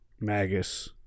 Magus